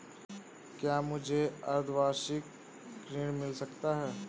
क्या मुझे अर्धवार्षिक ऋण मिल सकता है?